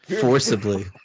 Forcibly